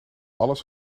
alles